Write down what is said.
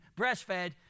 breastfed